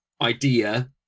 idea